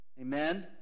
amen